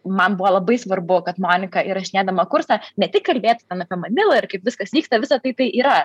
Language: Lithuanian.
man buvo labai svarbu kad monika įrašinėdama kursą ne tik kalbėtų ten apie manilą ir kaip viskas vyksta visą tai tai yra